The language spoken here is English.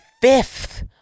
fifth